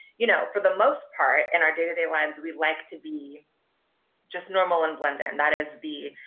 you know, for the most part, in our day to day lives, we like to be just normal and blend in. that is the,